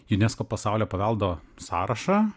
unesco pasaulio paveldo sąrašą